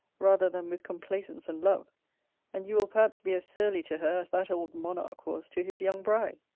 rather than with complaisance and love and you will perhaps be as surly to her, as that old monarch was to his young bride.